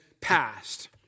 passed